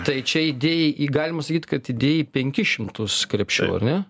tai čia įdėjai į galima sakyti kad įdėjai į penkis šimtus krepšių ar ne